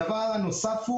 דבר נוסף,